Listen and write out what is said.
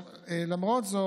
למרות זאת,